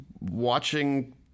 watching